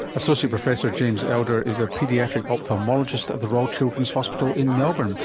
associate professor james elder is a paediatric ophthalmologist at the royal children's hospital in melbourne.